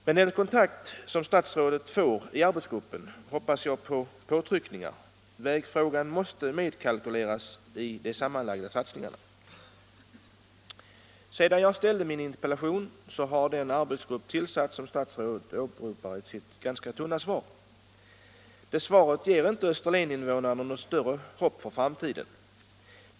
Med den kontakt = Skåne som statsrådet får i arbetsgruppen hoppas jag på vissa påtryckningar. Vägfrågan måste medkalkyleras i de sammanlagda satsningarna. Sedan jag framställde min interpellation har den arbetsgrupp som statsrådet åberopar i sitt ganska tunna svar tillsatts. Svaret ger inte Österlens innevånare något större hopp för framtiden.